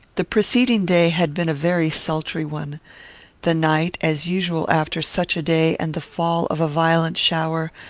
the preceding day had been a very sultry one the night, as usual after such a day and the fall of a violent shower,